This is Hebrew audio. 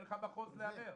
אין לך איפה לערער.